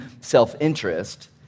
self-interest